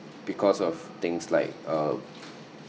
because of things like uh